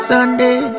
Sunday